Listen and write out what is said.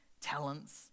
talents